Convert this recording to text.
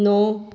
ਨੌ